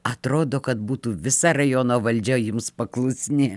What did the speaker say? atrodo kad būtų visa rajono valdžia jums paklusni